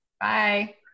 Bye